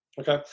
Okay